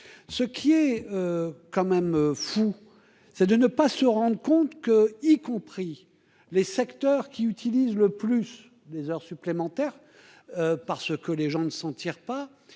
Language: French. ce qui est quand même fou, c'est de ne pas se rendent compte que, y compris les secteurs qui utilisent le plus des heures supplémentaires parce que les gens ne s'en tire pas